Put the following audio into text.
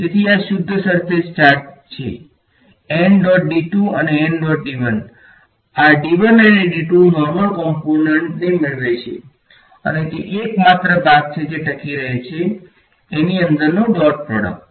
તેથી આ શુદ્ધ સર્ફેસ ચાર્જ છે અને આ અને નોર્મલ કોમ્પોનંટને મેળવે છે અને તે એકમાત્ર ભાગ છે જે ટકી રહે છે એની અંદરનો ડોટ પ્રોડક્ટ